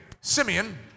Simeon